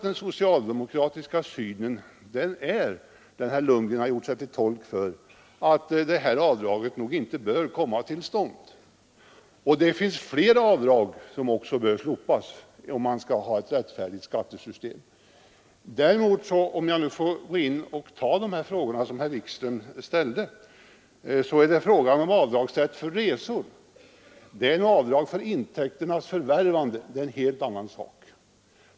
Den socialdemokratiska synen är den som herr Lundgren gjorde sig till tolk för: detta avdrag bör nog inte komma till stånd, och det finns fler avdrag som bör slopas om man skall ha ett rättfärdigt skattesystem. Herr Wikström ställde frågor om avdrag för resor, och det är en helt annan sak.